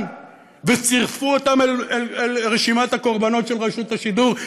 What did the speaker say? וצירפו אותם אל רשימת הקורבנות של רשות השידור,